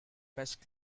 best